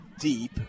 deep